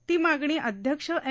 ती मागणी अध्यक्ष एम